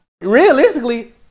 realistically